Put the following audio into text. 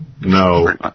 No